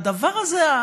הדבר הזה,